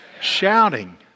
Shouting